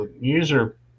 user